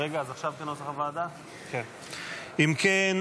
אם כן,